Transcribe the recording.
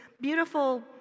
beautiful